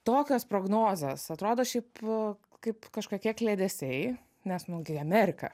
tokios prognozės atrodo šiaip kaip kažkokie kliedesiai nes nu tai amerika